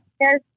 Yes